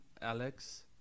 Alex